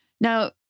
Now